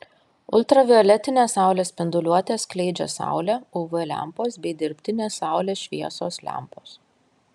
ultravioletinę saulės spinduliuotę skleidžia saulė uv lempos bei dirbtinės saulės šviesos lempos